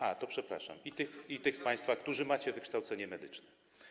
A, to przepraszam - i oprócz tych z państwa, którzy macie wykształcenie medyczne.